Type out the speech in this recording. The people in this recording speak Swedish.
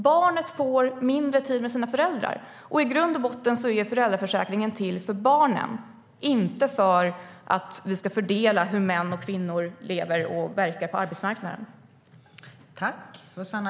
Då får barnet mindre tid med sina föräldrar.